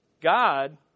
God